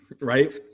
Right